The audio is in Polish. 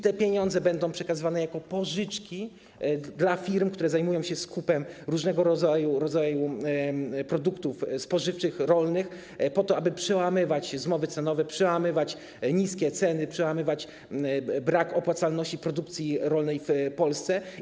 Te pieniądze będą przekazywane jako pożyczki dla firm, które zajmują się skupem różnego rodzaju produktów spożywczych, rolnych, po to, aby przełamywać zmowy cenowe, przełamywać niskie ceny, przełamywać brak opłacalności produkcji rolnej w Polsce.